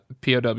POW